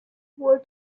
were